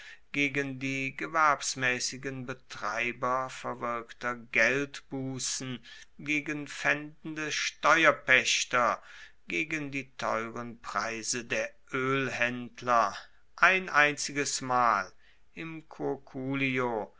gegen die gewerbsmaessigen beitreiber verwirkter geldbussen gegen pfaendende steuerpaechter gegen die teuren preise der oelhaendler ein einziges mal im